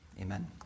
Amen